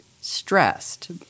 stressed